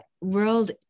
world